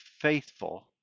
faithful